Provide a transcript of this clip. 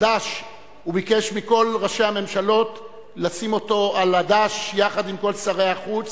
הוא ביקש מכל ראשי הממשלות לשים אותו על הדש יחד עם כל שרי החוץ